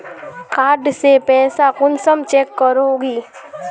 Card से पैसा कुंसम चेक करोगी?